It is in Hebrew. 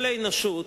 כל האנושות,